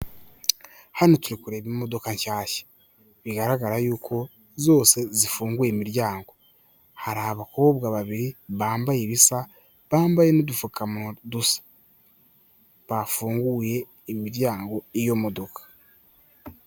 Hano turi kureba imodoka nshyashya, bigaragara y'uko zose zifunguye imiryango. Hari abakobwa babiri bambaye ubisa, bambaye n'udufukamunwa dusa, bafunguye imiryango y'iyo modoka.